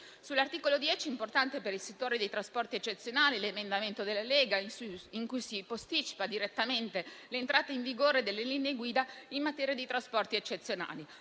Sull'articolo 10, importante per il settore dei trasporti eccezionali, con l'emendamento della Lega si posticipa direttamente l'entrata in vigore delle linee guida in materia di trasporti eccezionali.